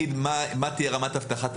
איך מעבירים ובאילו אמצעי מחשוב.